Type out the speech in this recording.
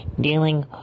dealing